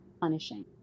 punishing